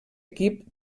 equip